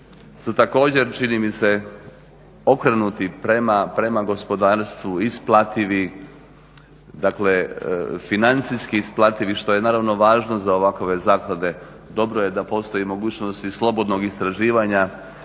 također čini mi se okrenuti prema gospodarstvu, isplativi, dakle financijski isplativi što je naravno važno za ovakve zaklade. Dobro je da postoji mogućnosti slobodnog istraživanja